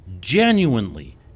genuinely